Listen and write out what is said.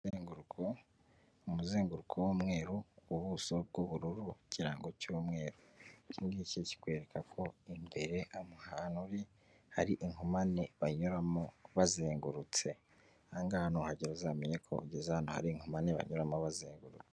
Umuzenguruko w'umweru, ubuso bw'ubururu, ikirango cy'umweru, iki ngiki kikwereka ko imbere ahantu uri hari inkomane banyuramo bazengurutse, aha hantu nuhagera uzamenye ko ugeze hano hari inkomane banyuramo bazengurutse.